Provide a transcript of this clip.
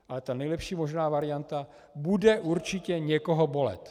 Ale ta nejlepší možná varianta bude určitě někoho bolet.